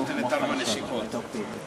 עמיתי חברי הכנסת,